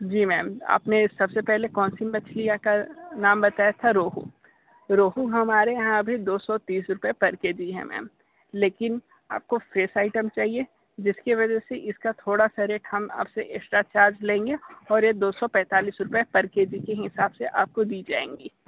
जी ma'am आपने सबसे पहले कौन सी मछलियाँ का नाम बताया था रोहू रोहू हमारे यहाँ अभी दो सौ तीस रुपये पर के जी हैं मैम लेकिन आपको फ्रेश आइटम चाहिए जिसकी वजह से इसका थोड़ा सा रेट हम आपसे एक्स्ट्रा चार्ज लेंगे और यह दो सौ पैतालीस रुपये पर के जी के हिसाब से आपको दी जाएँगी